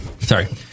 Sorry